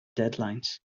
deadlines